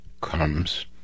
comes